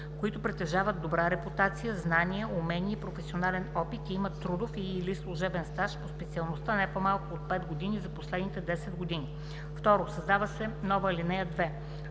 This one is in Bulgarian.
които притежават добра репутация, знания, умения и професионален опит и имат трудов и/или служебен стаж по специалността не по-малко от 5 години за последните 10 години.“ 2. Създава се нова ал. 2: